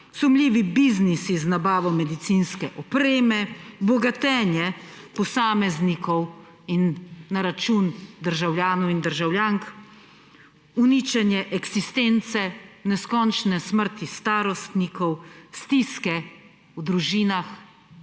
sumljivi biznisi z nabavo medicinske opreme, bogatenje posameznikov na račun državljanov in državljank, uničenje eksistence, neskončne smrti starostnikov, stiske v družinah,